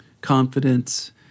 confidence